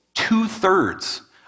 two-thirds